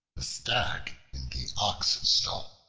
the stag in the ox-stall